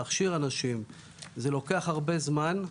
להכשיר אנשים לוקח זמן רב,